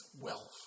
wealth